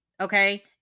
Okay